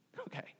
Okay